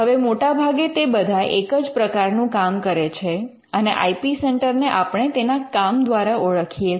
હવે મોટા ભાગે તે બધા એક જ પ્રકારનું કામ કરે છે અને આઇ પી સેન્ટર ને આપણે તેના કામ દ્વારા ઓળખીએ છે